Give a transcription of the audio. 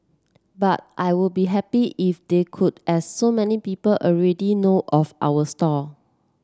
but I would be happy if they could as so many people already know of our stall